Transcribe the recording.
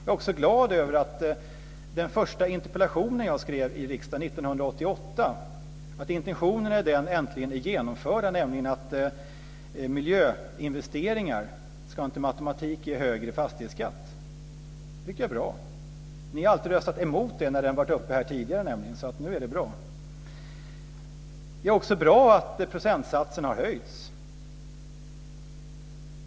Jag också glad över att intentionerna i den första interpellationen jag skrev i riksdagen 1988 äntligen är genomförda, nämligen att miljöinvesteringar inte med automatik ska ge högre fastighetsskatt. Det tycker jag är bra. Ni har alltid röstat emot det när det har varit uppe här tidigare. Nu är det bra. Det är också bra att procentsatsen har höjts.